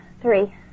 three